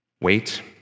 Wait